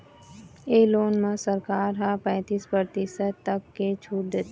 ए loan म सरकार ह पैतीस परतिसत तक के छूट देथे